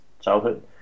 childhood